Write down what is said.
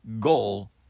goal